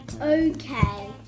okay